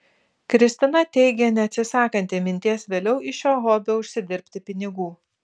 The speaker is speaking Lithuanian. kristina teigė neatsisakanti minties vėliau iš šio hobio užsidirbti pinigų